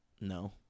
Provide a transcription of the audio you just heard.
No